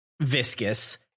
viscous